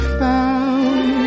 found